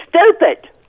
stupid